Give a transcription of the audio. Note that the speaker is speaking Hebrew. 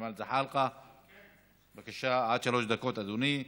ג'מאל זחאלקה, בבקשה, עד שלוש דקות, אדוני.